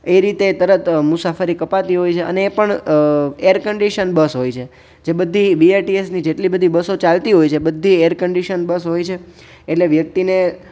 એ રીતે તરત મુસાફરી કપાતી હોય છે અને એ પણ એર કન્ડિસન બસ હોય છે જે બધી બીઆરટીએસ ની જેટલી બધી બસો ચાલતી હોય છે બધી એર કન્ડિસન બસ હોય છે એટલે વ્યક્તિને